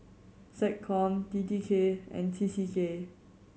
SecCom T T K and T C K